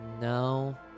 No